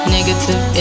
Negative